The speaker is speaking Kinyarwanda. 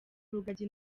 rugagi